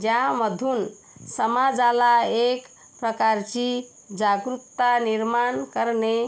ज्यामधून समाजाला एक प्रकारची जागरूकता निर्माण करणे